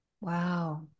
Wow